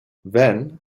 then